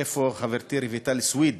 איפה חברתי רויטל סויד,